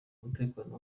umutekano